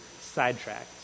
sidetracked